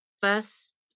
first